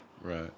Right